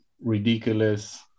ridiculous